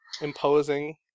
imposing